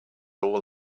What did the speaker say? all